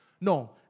No